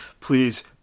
please